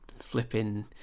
flipping